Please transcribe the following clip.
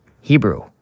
Hebrew